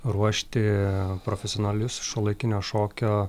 ruošti profesionalius šiuolaikinio šokio